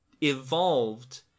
evolved